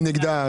מי נמנע?